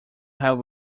have